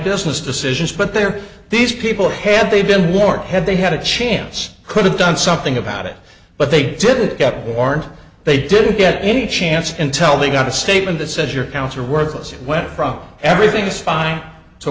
business decisions but they're these people had they been warhead they had a chance could have done something about it but they did get warned they didn't get any chance intel they got a statement that said your counter worthless went from everything's fine